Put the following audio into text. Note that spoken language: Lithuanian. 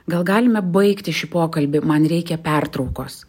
gal galime baigti šį pokalbį man reikia pertraukos